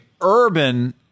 Urban